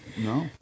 No